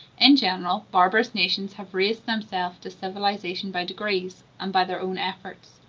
in general, barbarous nations have raised themselves to civilization by degrees, and by their own efforts.